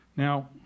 Now